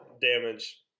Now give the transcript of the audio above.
Damage